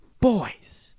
boys